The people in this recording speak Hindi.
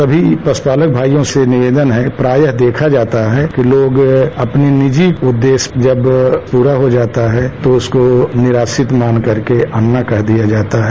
सभी पशू पालक भाइयों से निवेदन है प्राय देखा जाता है कि लोग अपने निजी उद्देश्य जब पूरा हो जाता है तो उसको निराश्रित मान करे अन्ना कह दिया जाता है